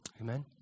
Amen